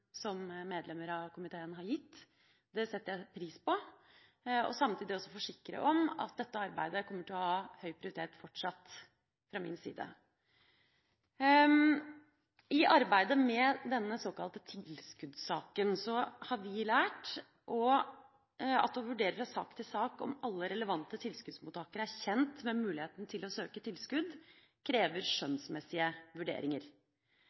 som medlemmer av komiteen har gitt – det setter jeg pris på – og samtidig også forsikre om at dette arbeidet kommer til å ha høy prioritet fortsatt fra min side. I arbeidet med denne såkalte tilskuddssaken har vi lært at å vurdere fra sak til sak om alle relevante tilskuddsmottakere er kjent med muligheten til å søke tilskudd, krever skjønnsmessige vurderinger.